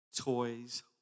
toys